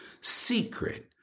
secret